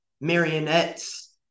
marionettes